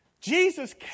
Jesus